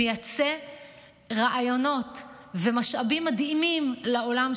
מייצא רעיונות ומשאבים מדהימים לעולם,